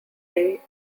day